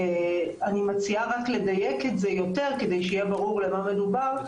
אני מציעה רק לדייק את זה יותר כדי שיהיה ברור במה מדובר.